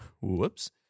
Whoops